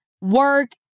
work